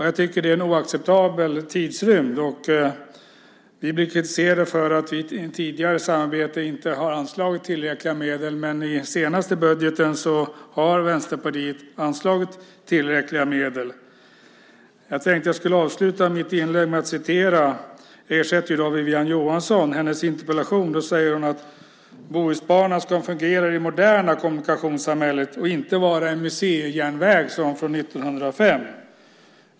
Jag tycker att det är en oacceptabel tidsrymd. Vi blev kritiserade för att vi i tidigare samarbete inte har anslagit tillräckliga medel, men i den senaste budgeten har Vänsterpartiet anslagit tillräckliga medel. Jag tänkte avsluta mitt inlägg med att citera Wiwi-Anne Johansson - jag ersätter ju henne i dag - i hennes interpellation. Där säger hon: "Bohusbanan ska fungera i det moderna kommunikationssamhället - inte vara en museijärnväg från 1905."